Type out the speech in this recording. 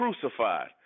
crucified